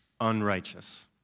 unrighteous